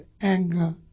anger